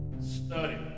Study